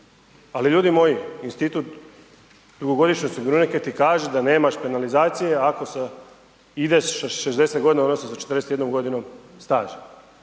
Ali ljudi moji, institut dugogodišnjih osiguranika ti kaže da nemaš penalizacije ako ideš sa 60 godina odnosno sa 41. godinom staža.